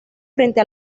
frente